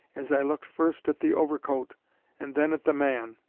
as i looked first at the overcoat and then at the man,